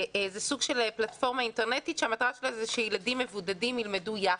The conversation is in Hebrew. זה סוג של פלטפורמה אינטרנטית שהמטרה שלה זה שילדים מבודדים ילמדו יחד.